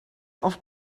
auf